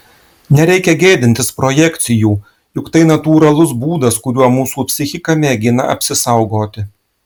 nereikia gėdintis projekcijų juk tai natūralus būdas kuriuo mūsų psichika mėgina apsisaugoti